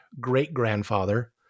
great-grandfather